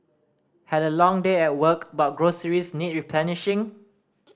had a long day at work but groceries need replenishing